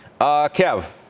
Kev